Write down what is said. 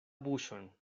buŝon